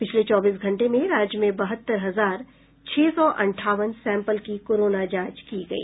पिछले चौबीस घंटे में राज्य में बहत्तर हजार छह सौ अंठावन सैम्पल की कोरोना जांच की गई